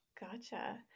gotcha